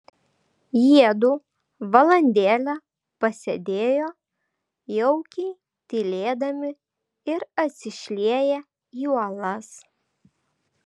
jiedu valandėlę pasėdėjo jaukiai tylėdami ir atsišlieję į uolas